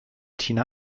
tina